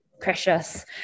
precious